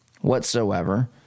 whatsoever